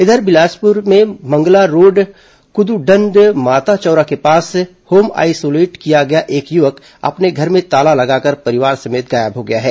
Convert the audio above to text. इधर बिलासपुर में मंगला रोड कृद्रदंड माता चौरा के पास होम आईसोलेट किया गया एक युवक अपने घर में ताला लगाकर परिवार समेत गायब हो गया है